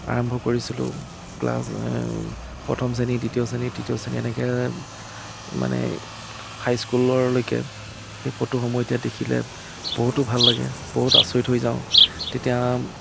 আৰম্ভ কৰিছিলোঁ ক্লাছ প্ৰথম শ্ৰেণী দ্বিতীয় শ্ৰেণী তৃতীয় শ্ৰেণী এনেকে মানে হাইস্কুলৰলৈকে সেই ফটোসমূহ এতিয়া দেখিলে বহুটো ভাল লাগে বহুত আচৰিত হৈ যাওঁ তেতিয়া